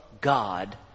God